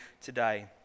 today